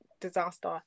disaster